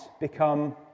become